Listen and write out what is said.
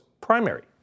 primary